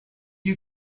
you